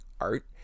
art